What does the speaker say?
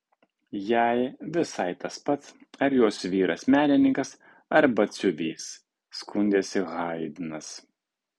jai visai tas pat ar jos vyras menininkas ar batsiuvys skundėsi haidnas